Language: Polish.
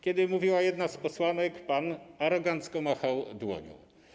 Kiedy mówiła jedna z posłanek, pan arogancko machał dłonią.